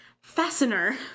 fastener